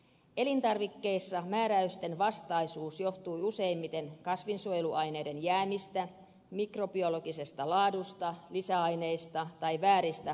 elintarvikkeissa määräysten vastaisuus johtui useimmiten kasvinsuojeluaineiden jäämistä mikrobiologisesta laadusta lisäaineista tai vääristä pakkausmerkinnöistä